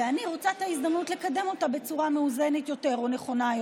ואני רוצה את ההזדמנות לקדם אותה בצורה מאוזנת יותר או נכונה יותר.